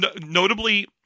notably